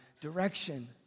direction